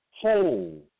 whole